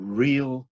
real